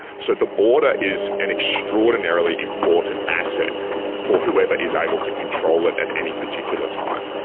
so the border is an extraordinarily important asset for whoever is able to control it at any particular time.